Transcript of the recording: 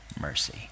mercy